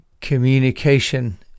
communication